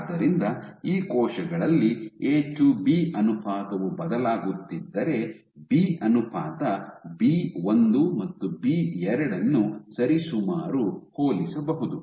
ಆದ್ದರಿಂದ ಈ ಕೋಶಗಳಲ್ಲಿ ಎ ಟು ಬಿ ಅನುಪಾತವು ಬದಲಾಗುತ್ತಿದ್ದರೆ ಬಿ ಅನುಪಾತ ಬಿ 1 ಮತ್ತು ಬಿ 2 ಅನ್ನು ಸರಿಸುಮಾರು ಹೋಲಿಸಬಹುದು